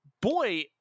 boy